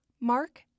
Mark